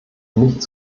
nicht